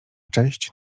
cześć